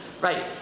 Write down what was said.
right